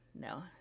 No